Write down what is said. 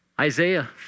Isaiah